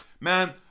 man